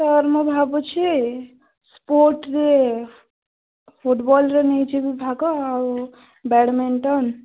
per ମୁଁ ଭାବୁଛି ସ୍ପୋଟରେ ଫୁଟବଲରେ ନେଇ ଯିବି ଭାଗ ଆଉ ବ୍ୟାଡ଼ମିନ୍ଟନ